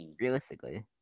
Realistically